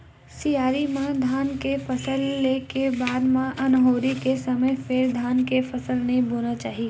सियारी म धान के फसल ले के बाद म ओन्हारी के समे फेर धान के फसल नइ बोना चाही